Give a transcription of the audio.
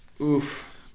Oof